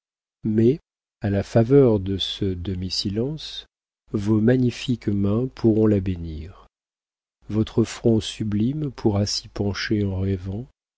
mais à la faveur de ce demi silence vos magnifiques mains pourront la bénir votre front sublime pourra s'y pencher en rêvant